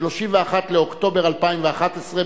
31 באוקטובר 2011,